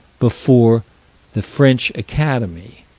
before the french academy.